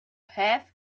have